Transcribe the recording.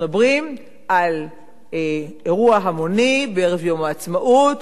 אנחנו מדברים על אירוע המוני בערב יום העצמאות,